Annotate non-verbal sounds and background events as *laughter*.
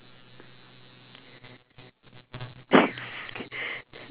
*laughs*